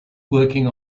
working